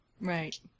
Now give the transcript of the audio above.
Right